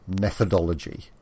methodology